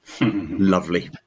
Lovely